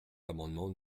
l’amendement